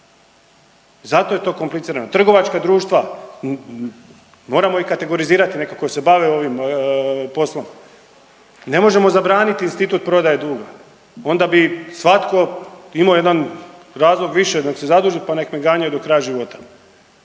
Zato je to komplicirano. Trgovačka društva moramo i kategorizirati neke koji se bave ovim poslom. Ne možemo zabraniti institut prodaje duga, onda bi svatko imao jedan razlog više nek' se zaduži, pa nek' me ganjaju do kraja života.